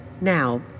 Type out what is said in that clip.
Now